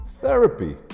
Therapy